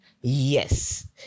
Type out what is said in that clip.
yes